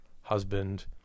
husband